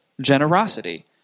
generosity